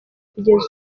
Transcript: kugeza